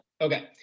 Okay